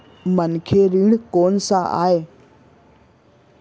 मनखे ऋण कोन स आय?